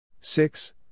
Six